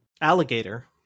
alligator